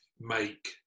make